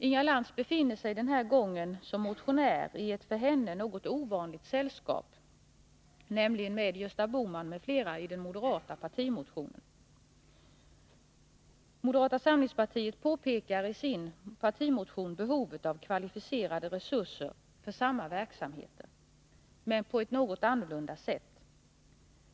Inga Lantz befinner sig den här gången som motionär i ett för henne något ovanligt sällskap, nämligen med Gösta Bohman m.fl. i den moderata partimotionen. Moderata samlingspartiet påpekar i sin partimotion behovet av kvalificerade resurser för samma verksamheter, men på ett något annorlunda sätt.